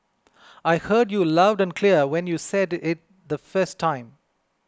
I heard you loud and clear when you said it the first time